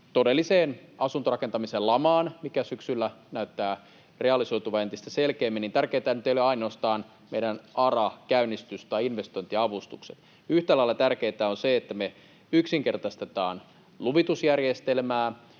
todellisessa asuntorakentamisen lamassa, mikä syksyllä näyttää realisoituvan entistä selkeämmin, tärkeintähän ei nyt ole ainoastaan meidän ARA-käynnistys tai investointiavustukset. Yhtä lailla tärkeätä on se, että me yksinkertaistetaan luvitusjärjestelmää,